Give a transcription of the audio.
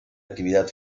actividad